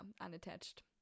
unattached